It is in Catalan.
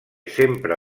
sempre